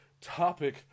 Topic